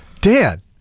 Dan